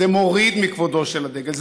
זה מוריד מכבודו של הדגל.